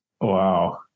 Wow